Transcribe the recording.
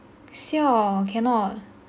siao cannot